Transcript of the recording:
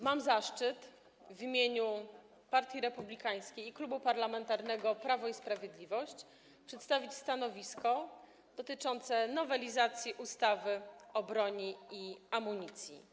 Mam zaszczyt w imieniu Partii Republikańskiej i Klubu Parlamentarnego Prawo i Sprawiedliwość przedstawić stanowisko dotyczące nowelizacji ustawy o broni i amunicji.